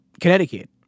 Connecticut